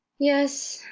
yes,